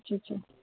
अच्छा अच्छा